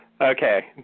Okay